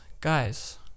guys